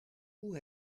hoe